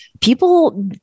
people